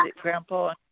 Grandpa